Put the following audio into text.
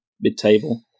mid-table